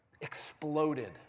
exploded